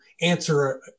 answer